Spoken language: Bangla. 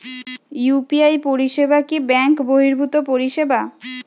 ইউ.পি.আই পরিসেবা কি ব্যাঙ্ক বর্হিভুত পরিসেবা?